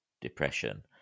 depression